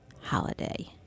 holiday